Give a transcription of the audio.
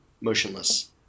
motionless